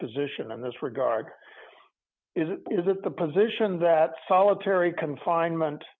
position on this regard is it is it the position that solitary confinement